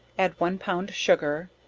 add one pound sugar,